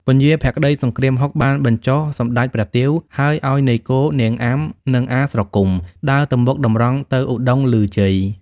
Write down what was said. ពញាភក្តីសង្គ្រាមហុក បានបញ្ចុះសម្តេចព្រះទាវ ហើយឲ្យនាយគោ នាងអាំ និងអាស្រគំ ដើរទៅមុខតម្រង់ទៅឧត្តុង្គឮជ័យ។